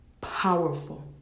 powerful